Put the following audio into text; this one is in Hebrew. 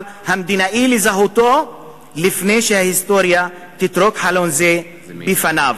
על המדינאי לזהותו לפני שההיסטוריה תטרוק חלון זה בפניו.